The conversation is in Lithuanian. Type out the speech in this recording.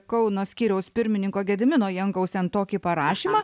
kauno skyriaus pirmininko gedimino jankaus ten tokį parašymą